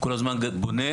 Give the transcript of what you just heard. כל הזמן בונה,